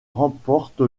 remporte